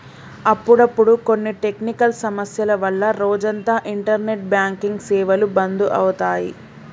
అప్పుడప్పుడు కొన్ని టెక్నికల్ సమస్యల వల్ల రోజంతా ఇంటర్నెట్ బ్యాంకింగ్ సేవలు బంధు అవుతాయి